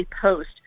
Post